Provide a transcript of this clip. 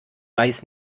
weiß